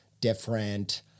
different